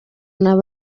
nab